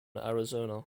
arizona